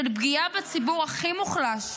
של פגיעה בציבור הכי מוחלש,